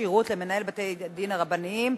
כשירות למנהל בתי-הדין הרבניים),